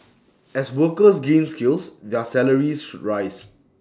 as workers gain skills their salaries should rise